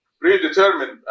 predetermined